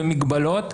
במגבלות,